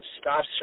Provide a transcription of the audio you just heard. Stop